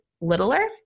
littler